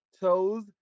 toes